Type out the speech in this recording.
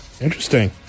Interesting